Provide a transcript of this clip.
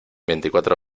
veinticuatro